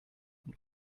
und